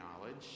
knowledge